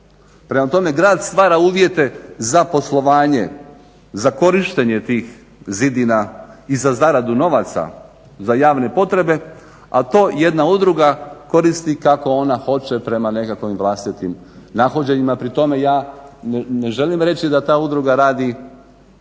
Prema tome grad stvara uvjete za poslovanje, za korištenje tih zidina i za zaradu novaca, za javne potrebe a to jedna udruga koristi kako ona hoće prema nekakvim vlastitim nahođenjima. Prema tome ja ne želim reći da ta udruga radi